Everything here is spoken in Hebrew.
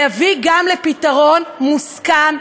להביא גם לפתרון מוסכם,